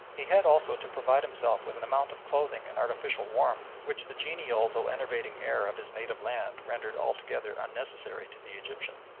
he had also to provide himself with an amount of clothing and artificial warmth which the genial though enervating air of his native land rendered altogether unnecessary to the egyptian.